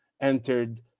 entered